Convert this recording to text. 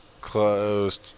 closed